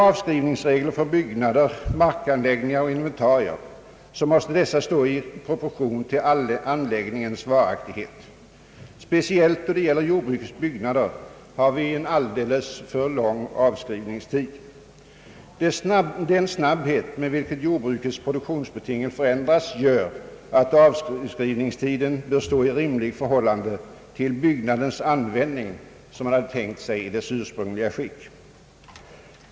Avskrivningsregler för byggnader, markanläggningar och inventarier måste stå i proportion till anläggningens varaktighet. Speciellt då det gäller jordbrukets byggnader har vi en alldeles för lång avskrivningstid. Den snabbhet med vilken jordbrukets produktionsbetingelser förändras gör att avskrivningstiden bör stå i rimligt förhållande till byggnadens användning som den tänkts i ursprungligt skick.